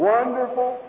Wonderful